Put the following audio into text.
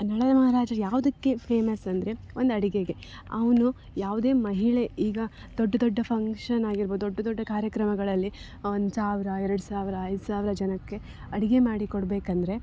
ನಳಮಹಾರಾಜರು ಯಾವುದಕ್ಕೆ ಫೇಮಸ್ಸಂದರೆ ಒಂದು ಅಡಿಗೆಗೆ ಅವನು ಯಾವುದೇ ಮಹಿಳೆ ಈಗ ದೊಡ್ಡ ದೊಡ್ಡ ಫಂಕ್ಷನ್ ಆಗಿರ್ಬೋದು ದೊಡ್ಡ ದೊಡ್ಡ ಕಾರ್ಯಕ್ರಮಗಳಲ್ಲಿ ಒಂದು ಸಾವಿರ ಎರಡು ಸಾವಿರ ಐದು ಸಾವಿರ ಜನಕ್ಕೆ ಅಡಿಗೆ ಮಾಡಿ ಕೊಡಬೇಕಂದ್ರೆ